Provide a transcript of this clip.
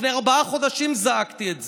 לפני ארבעה חודשים זעקתי את זה,